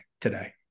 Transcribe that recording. today